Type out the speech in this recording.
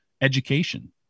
education